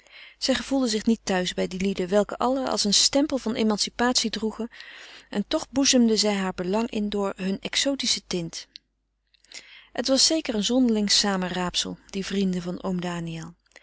ze gevoelde zich niet thuis bij die lieden welke allen als een stempel van emancipatie droegen en toch boezemden zij haar belang in door hunne exotische tint het was zeker een zonderling samenraapsel die vrienden van oom daniël